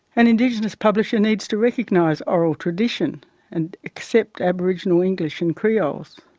an indigenous publisher needs to recognise oral tradition and accept aboriginal english and kriols.